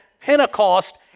Pentecost